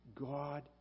God